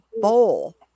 bowl